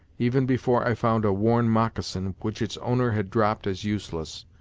even before i found a worn moccasin, which its owner had dropped as useless.